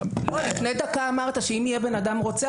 לפני דקה אמרת שאם יהיה בן אדם רוצח,